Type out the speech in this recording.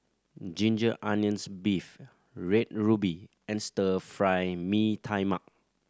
ginger onions beef Red Ruby and Stir Fry Mee Tai Mak